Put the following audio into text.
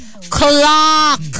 Clock